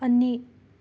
ꯑꯅꯤ